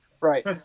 Right